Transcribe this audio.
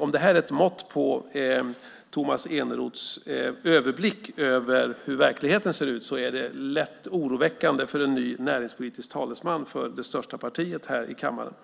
Om det här är ett mått på Tomas Eneroths överblick över hur verkligheten ser ut är det lätt oroväckande för en ny näringspolitisk talesman för det största partiet här i kammaren.